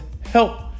help